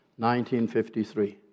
1953